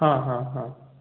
ହଁ ହଁ ହଁ